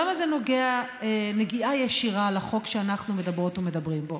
למה זה נוגע נגיעה ישירה לחוק שאנחנו מדברות ומדברים בו?